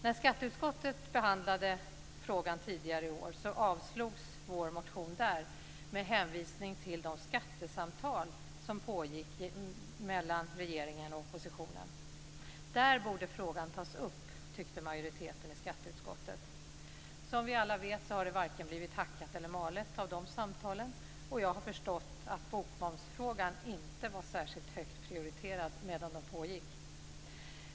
När skatteutskottet behandlade frågan tidigare i år avstyrktes vår motion där med hänvisning till de skattesamtal som pågick mellan regeringen och oppositionen. Där borde frågan tas upp, tyckte majoriteten i skatteutskottet. Som vi alla vet har det varken blivit hackat eller malet av de samtalen, och jag har förstått att bokmomsfrågan inte var särskilt högt prioriterad medan de pågick.